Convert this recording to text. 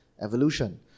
evolution